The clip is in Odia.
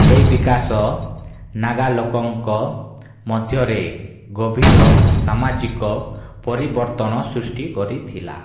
ଏହି ବିକାଶ ନାଗା ଲୋକଙ୍କ ମଧ୍ୟରେ ଗଭୀର ସାମାଜିକ ପରିବର୍ତ୍ତନ ସୃଷ୍ଟି କରିଥିଲା